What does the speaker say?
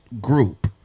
group